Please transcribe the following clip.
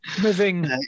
Moving